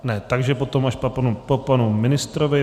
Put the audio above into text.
Ne, takže potom až po panu ministrovi.